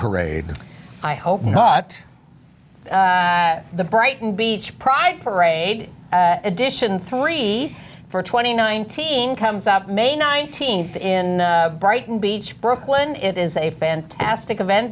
parade i hope not the brighton beach pride parade edition three for twenty nineteen comes out may nineteenth in brighton beach brooklyn it is a fantastic event